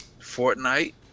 Fortnite